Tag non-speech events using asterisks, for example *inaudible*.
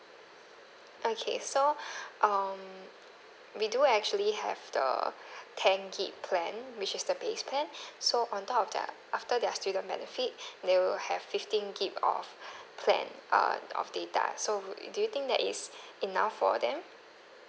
okay so um we do actually have the ten gig plan which is the base plan so on top of their after their student benefit they will have fifteen gig of *breath* plan uh of data so would do you think that is enough for them